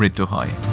two height